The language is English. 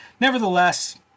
nevertheless